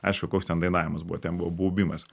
aišku koks ten dainavimas buvo ten buvo baubimas